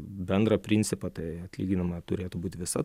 bendrą principą tai atlyginama turėtų būt visa